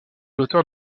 l’auteur